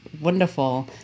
wonderful